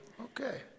okay